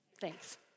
Thanks